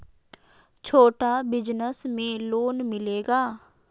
छोटा बिजनस में लोन मिलेगा?